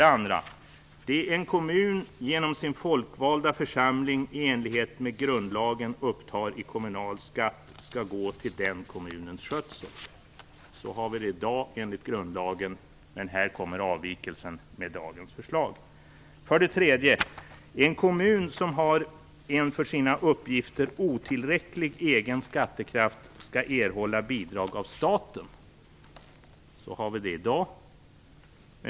Det en kommun genom sin folkvalda församling i enlighet med grundlagen upptar i kommunal skatt skall gå till den kommunens skötsel. Så har vi det i dag enligt grundlagen. 3. En kommun som har en för sina uppgifter otillräcklig egen skattekraft skall erhålla bidrag av staten. Så har vi det i dag.